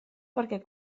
perquè